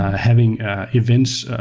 ah having ah events